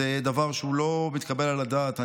וזה דבר שהוא לא מתקבל על הדעת.